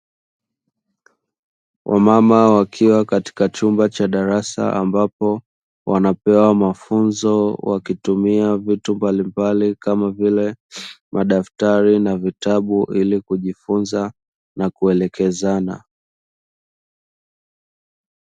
Wamama wakiwa katika chumba cha darasa ambapo, wanapewa mafunzo wakitumia vitu mbalimbali kama vile madaftari na vitabu ili kujifunza na kuelekezana.